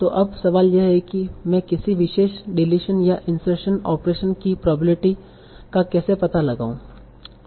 तो अब सवाल यह है कि मैं किसी विशेष डिलीशन या इंसर्शन ऑपरेशन की प्रोबेब्लिटी का कैसे पता लगाऊं